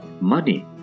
money